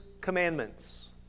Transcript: commandments